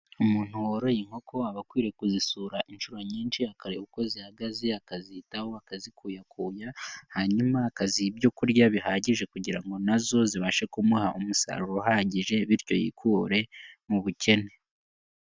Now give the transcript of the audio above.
Umuntu woroye inkoko aba akwiriye kuzisura inshuro nyinshi, akareba uko zihagaze akazitaho, akazikuyakuya, hanyuma akaziha ibyo kurya bihagije kugira ngo na zo zibashe kumuha umusaruro uhagije bityo yikure mu bukene.